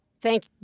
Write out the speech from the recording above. Thank